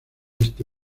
este